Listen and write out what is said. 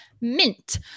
mint